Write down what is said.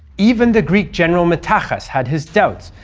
even the greek general metaxas had his doubts,